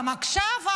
גם עכשיו,